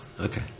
okay